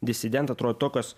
disidentai atrodo tokios